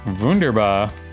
Wunderbar